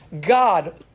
God